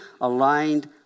aligned